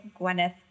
Gwyneth